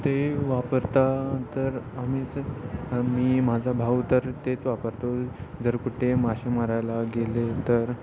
ते वापरता तर आम्ही असं मी माझा भाऊ तर तेच वापरतो जर कुठे मासे मारायला गेले तर